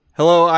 hello